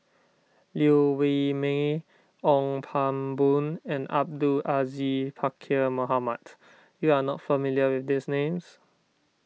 Liew Wee Mee Ong Pang Boon and Abdul Aziz Pakkeer Mohamed you are not familiar with these names